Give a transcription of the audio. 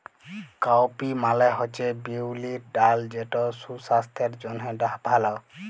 cowpea মালে হছে বিউলির ডাল যেট সুসাস্থের জ্যনহে ভাল